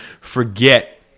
forget